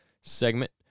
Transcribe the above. segment